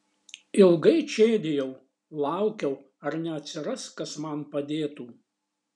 ilgai čėdijau laukiau ar neatsiras kas man padėtų